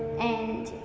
and,